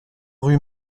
rue